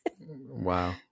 Wow